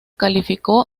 calificó